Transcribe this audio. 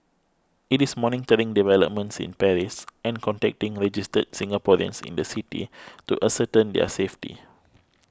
it is monitoring developments in Paris and contacting registered Singaporeans in the city to ascertain their safety